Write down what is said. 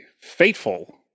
fateful